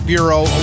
Bureau